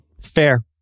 Fair